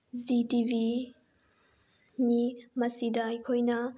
G ꯇꯤ ꯚꯤꯅꯤ ꯃꯁꯤꯗ ꯑꯩꯈꯣꯏꯅ